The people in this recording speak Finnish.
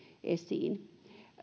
esiin